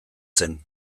zen